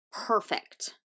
Perfect